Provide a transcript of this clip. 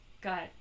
got